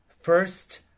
First